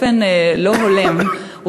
באופן לא הולם,